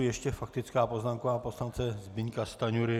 Ještě faktická poznámka pana poslance Zbyňka Stanjury.